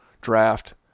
draft